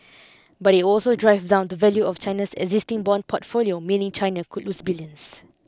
but it also drive down the value of China's existing bond portfolio meaning China could lose billions